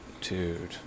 Dude